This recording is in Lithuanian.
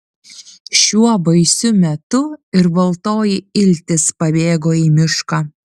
šiuo baisiu metu ir baltoji iltis pabėgo į mišką